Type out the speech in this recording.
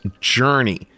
Journey